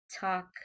talk